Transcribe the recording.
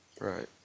right